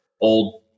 old